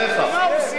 הוא סיים.